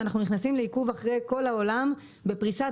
ואנחנו נכנסים לעיכוב אחרי כל העולם בפריסת